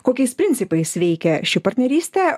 kokiais principais veikia ši partnerystė